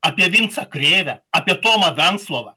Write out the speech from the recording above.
apie vincą krėvę apie tomą venclovą